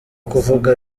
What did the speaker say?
kuvuga